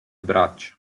braccia